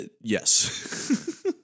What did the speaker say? Yes